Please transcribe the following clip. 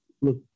Look